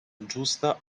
giusta